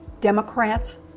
Democrats